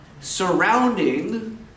surrounding